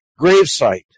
gravesite